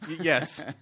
Yes